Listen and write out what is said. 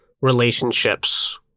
relationships